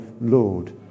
Lord